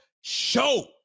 show